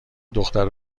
دختر